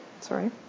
sorry